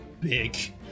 big